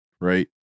right